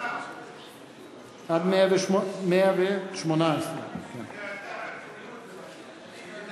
סעיפים 99 118. סעיפים 99 118,